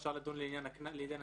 אפשר לדון לעניין הסכום.